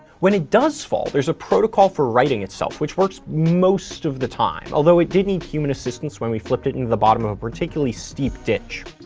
when it does fall, there's a protocol for righting itself, which works most of the time. although, it did need human assistance when we flipped it into the bottom of a steep ditch.